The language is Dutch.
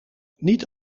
niet